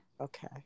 Okay